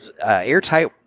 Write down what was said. airtight